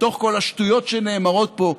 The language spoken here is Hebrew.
בתוך כל השטויות שנאמרות פה,